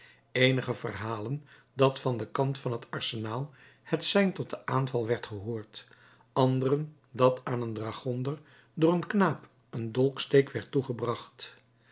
eenigen verhalen dat van den kant van het arsenaal het sein tot den aanval werd gehoord anderen dat aan een dragonder door een knaap een dolksteek werd toegebracht